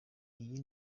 iyi